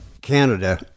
Canada